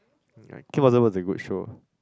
Kim Possible was a good show